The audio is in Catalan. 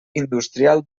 industrial